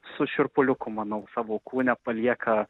su šiurpuliuku manau savo kūne palieka